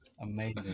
Amazing